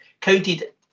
counted